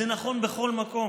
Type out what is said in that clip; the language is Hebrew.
זה נכון בכל מקום,